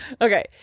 Okay